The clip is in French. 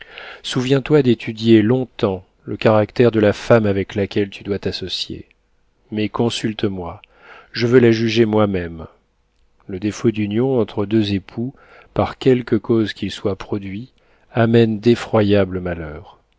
souviens-toi d'étudier long-temps le caractère de la femme avec laquelle tu dois t'associer mais consulte moi je veux la juger moi-même le défaut d'union entre deux époux par quelque cause qu'il soit produit amène d'effroyables malheurs